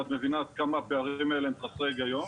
ואת מבינה עד כמה הפערים האלה הם חסרי היגיון.